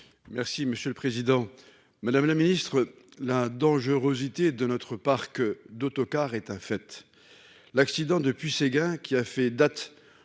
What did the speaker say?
Merci monsieur le président, madame la ministre, la dangerosité de notre parc d'autocars et as fait. L'accident depuis Seguin qui a fait date